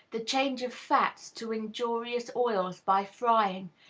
the change of fats to injurious oils by frying,